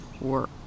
work